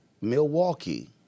Milwaukee